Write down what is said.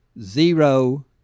zero